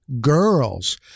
girls